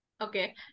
Okay